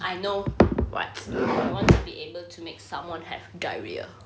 I know I want to be able to make someone have diarrhoea